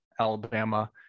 Alabama